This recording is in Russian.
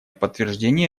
подтверждение